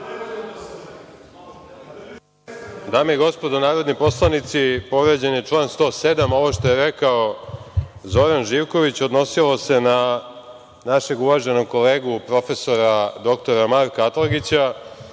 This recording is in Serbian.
Dame i gospodo narodni poslanici, povređen je član 107. Ovo što je rekao Zoran Živković odnosilo se na našeg uvaženog kolegu prof. dr Marka Atlagića,